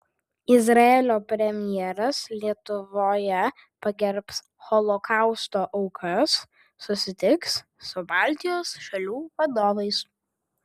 izraelio premjeras lietuvoje pagerbs holokausto aukas susitiks su baltijos šalių vadovais